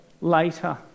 later